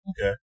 Okay